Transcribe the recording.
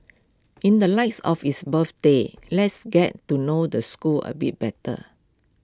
in the lights of its birthday let's get to know the school A bit better